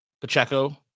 Pacheco